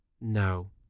No